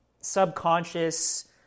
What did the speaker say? subconscious